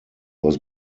was